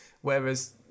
Whereas